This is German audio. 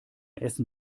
essen